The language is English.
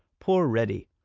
poor reddy!